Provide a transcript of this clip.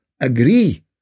agree